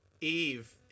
Eve